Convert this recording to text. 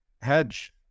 hedge